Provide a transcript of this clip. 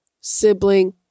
sibling